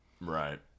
Right